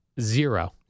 Zero